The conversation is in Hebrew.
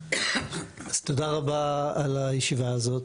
תודה רבה על הישיבה הזאת.